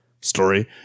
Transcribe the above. story